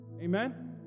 Amen